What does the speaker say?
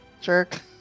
jerk